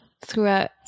throughout